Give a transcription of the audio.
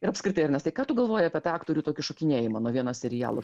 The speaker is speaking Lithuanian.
ir apskritai ernestai ką tu galvoji apie tą aktorių tokį šokinėjimą nuo vieno serialo